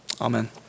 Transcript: Amen